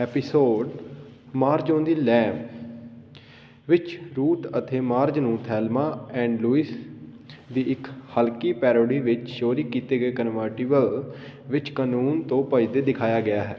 episode Marge on the lam ਵਿੱਚ Ruth ਅਤੇ Marge ਨੂੰ ਥੇਲਮਾ ਐਂਡ ਲੁਈਸ ਦੀ ਇੱਕ ਹਲਕੀ ਪੈਰੋਡੀ ਵਿੱਚ ਚੋਰੀ ਕੀਤੇ ਗਏ ਕਨਵਰਟੀਬਲ ਵਿੱਚ ਕਾਨੂੰਨ ਤੋਂ ਭੱਜਦੇ ਦਿਖਾਇਆ ਗਿਆ ਹੈ